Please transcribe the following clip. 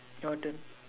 your turn